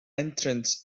entrance